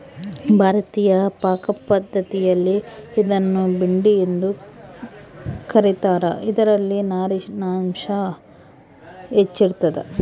ಭಾರತೀಯ ಪಾಕಪದ್ಧತಿಯಲ್ಲಿ ಇದನ್ನು ಭಿಂಡಿ ಎಂದು ಕ ರೀತಾರ ಇದರಲ್ಲಿ ನಾರಿನಾಂಶ ಹೆಚ್ಚಿರ್ತದ